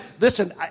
listen